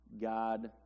God